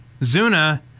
Zuna